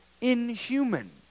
inhuman